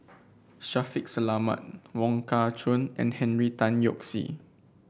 Shaffiq Selamat Wong Kah Chun and Henry Tan Yoke See